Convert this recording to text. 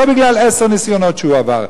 לא בגלל עשרה ניסיונות שהוא עבר,